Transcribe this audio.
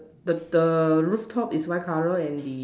the the rooftop is white color and the